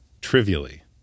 trivially